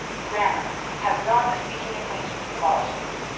grammar has not a speaking acquaintance with politics,